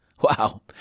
Wow